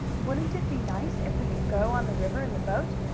wouldn't it be nice if we could go on the river in the boat?